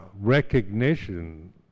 recognition